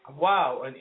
Wow